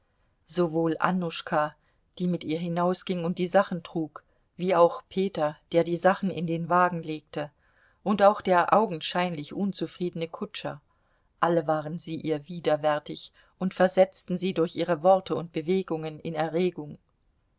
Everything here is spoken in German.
sowohl annuschka die mit ihr hinausging und die sachen trug wie auch peter der die sachen in den wagen legte und auch der augenscheinlich unzufriedene kutscher alle waren sie ihr widerwärtig und versetzten sie durch ihre worte und bewegungen in erregung